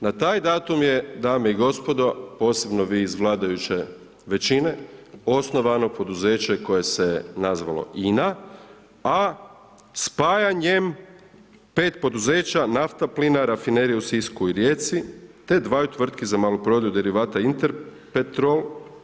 Na taj datum je dame i gospodo, posebno vi iz vladajuće većine osnovano poduzeće koje se nazvalo INA a spajanjem pet poduzeća naftaplina, Rafinerije u Sisku i Rijeci te dvaju tvrtki za maloprodaju derivata Interpetrol.